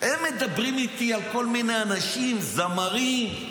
הם מדברים איתי על כל מיני אנשים, זמרים.